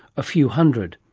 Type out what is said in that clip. a few hundred.